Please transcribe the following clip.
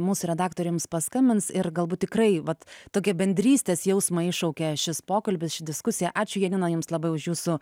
mūsų redaktorė jums paskambins ir galbūt tikrai vat tokį bendrystės jausmą iššaukė šis pokalbis ši diskusija ačiū janina jums labai už jūsų